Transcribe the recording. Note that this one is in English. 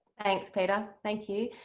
thanks, peter. thank you.